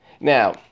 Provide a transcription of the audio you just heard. Now